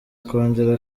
akongera